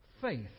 faith